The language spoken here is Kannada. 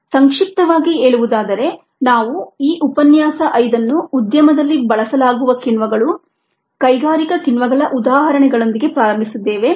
ಸಂಕ್ಷಿಪ್ತವಾಗಿ ಹೇಳುವುದಾದರೆ ನಾವು ಈ ಉಪನ್ಯಾಸ 5 ಅನ್ನು ಉದ್ಯಮದಲ್ಲಿ ಬಳಸಲಾಗುವ ಕಿಣ್ವಗಳು ಕೈಗಾರಿಕಾ ಕಿಣ್ವಗಳ ಉದಾಹರಣೆಗಳೊಂದಿಗೆ ಪ್ರಾರಂಭಿಸಿದ್ದೇವೆ